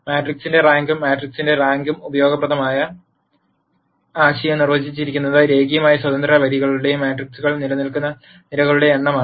മാട്രിക്സിന്റെ റാങ്കും മാട്രിക്സിന്റെ റാങ്കും ഉപയോഗപ്രദമാകുന്ന ആശയം നിർവചിച്ചിരിക്കുന്നത് രേഖീയമായി സ്വതന്ത്ര വരികളുടെയോ മാട്രിക്സിൽ നിലനിൽക്കുന്ന നിരകളുടെയോ എണ്ണമാണ്